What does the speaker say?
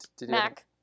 Mac